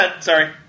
sorry